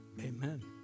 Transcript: Amen